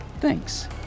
Thanks